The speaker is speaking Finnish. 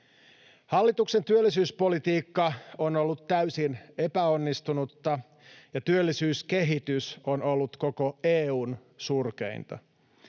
Hallituksen työllisyyspolitiikka on ollut täysin epäonnistunutta ja työllisyyskehitys on ollut koko EU:n surkeinta.